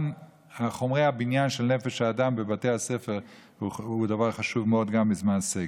גם חומרי הבניין של נפש האדם בבתי הספר הם דבר חשוב מאוד גם בזמן סגר.